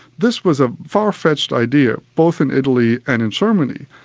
this was a far-fetched idea, both in italy and in germany.